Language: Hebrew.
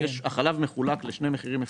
החלב מחולק לשני מחירים מפוקחים.